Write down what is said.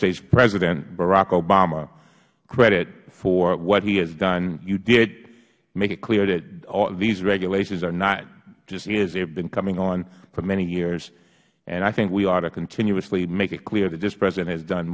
states president barack obama credit for what he has done you did make it clear that these regulations are not just his they have been coming on for many years and i think we ought to continuously make it clear that this president has done